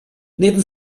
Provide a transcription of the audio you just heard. neben